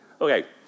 Okay